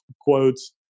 quotes